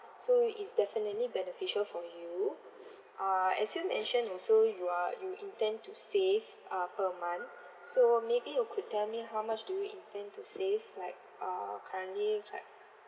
so it's definitely beneficial for you uh as you mentioned also you are you intend to save uh per month so maybe you could tell me how much do you intend to save like uh currently like